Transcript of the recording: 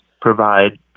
provide